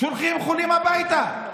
שולחים חולים הביתה.